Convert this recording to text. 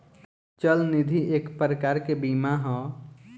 चल निधि एक प्रकार के बीमा ह